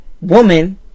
woman